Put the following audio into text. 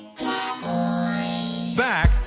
Back